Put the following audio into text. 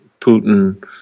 Putin